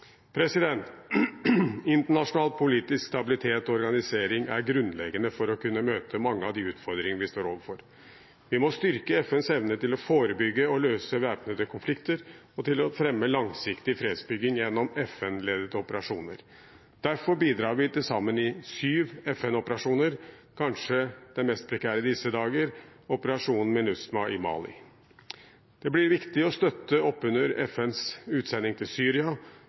Internasjonal politisk stabilitet og organisering er grunnleggende for å kunne møte mange av de utfordringene vi står overfor. Vi må styrke FNs evne til å forebygge og løse væpnede konflikter og til å fremme langsiktig fredsbygging gjennom FN-ledete operasjoner. Derfor bidrar vi i til sammen syv FN-operasjoner, og kanskje den mest prekære i disse dager, i operasjonen MINUSMA i Mali. Det blir viktig å støtte oppunder FNs utsending til Syria,